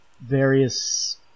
various